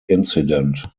incident